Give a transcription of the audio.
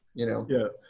you know. yeah.